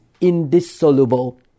indissoluble